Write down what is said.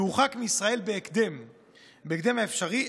יורחק מישראל בהקדם האפשרי,